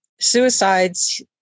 suicides